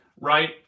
right